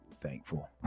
thankful